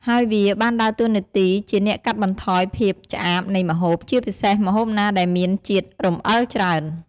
ហើយវាបានដើរតួនាទីជាអ្នកកាត់បន្ថយភាពឆ្អាបនៃម្ហូប ជាពិសេសម្ហូបណាដែលមានជាតិរំអិលច្រើន។